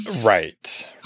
Right